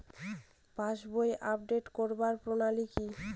পাসবই update করার প্রণালী কি?